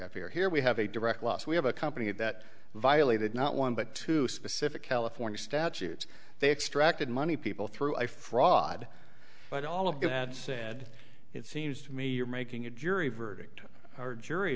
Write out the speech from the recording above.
have here here we have a direct loss we have a company that violated not one but two specific california statutes they extracted money people through a fraud but all of that said it seems to me you're making a jury verdict or jury